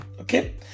okay